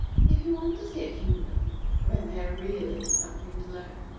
if you want to see a kingdom where there really is something to learn,